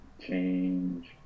change